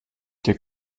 der